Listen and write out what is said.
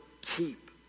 keep